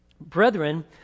Brethren